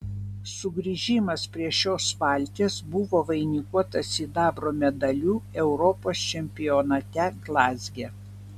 sugrįžimas prie šios valties buvo vainikuotas sidabro medaliu europos čempionate glazge